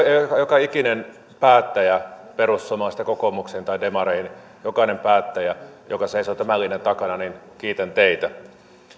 joka ikinen päättäjä perussuomalaisista kokoomukseen tai demareihin jokainen päättäjä joka seisoo tämän linjan takana kiitän teitä